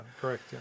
Correct